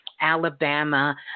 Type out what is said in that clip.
Alabama